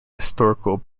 historical